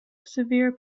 severe